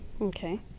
Okay